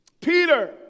Peter